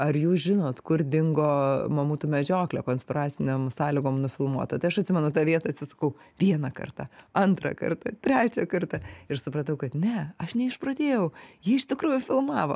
ar jūs žinot kur dingo mamutų medžioklė konspiracinėm sąlygom nufilmuota tai aš atsimenu tą vietą atsisukau vieną kartą antrą kartą trečią kartą ir supratau kad ne aš neišprotėjau jį iš tikrųjų filmavo